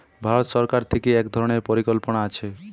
ভারত সরকার থিকে এক ধরণের পরিকল্পনা আছে